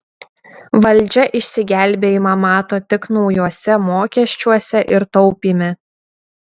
valdžia išsigelbėjimą mato tik naujuose mokesčiuose ir taupyme